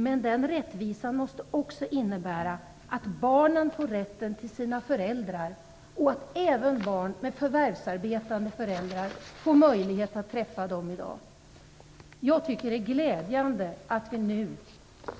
Men den rättvisan måste också innebära att barnen får rätten till sina föräldrar och att även barn med förvärvsarbetande föräldrar får möjlighet att träffa dem. Jag tycker att det glädjande - jag vill